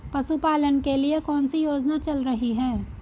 पशुपालन के लिए कौन सी योजना चल रही है?